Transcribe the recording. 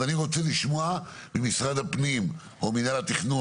אז אני רוצה לשמוע ממשרד הפנים או מינהל התכנון